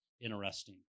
interesting